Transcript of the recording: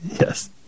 yes